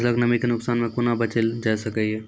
फसलक नमी के नुकसान सॅ कुना बचैल जाय सकै ये?